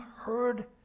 heard